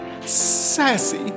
Sassy